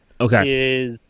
Okay